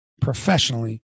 professionally